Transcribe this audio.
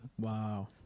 Wow